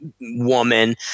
Woman